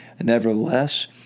Nevertheless